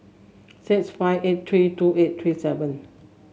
six five eight three two eight three seven